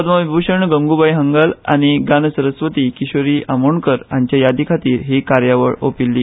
पद्मविभूशण गंगूबाई हंगल आनी गनसरस्वती किशोरी आमोणकार हांच्या यादी खातीर ही कार्यावळ ओंपिल्ली